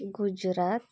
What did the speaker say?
Gujarat